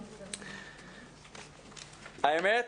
האמת,